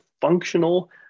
functional